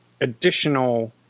additional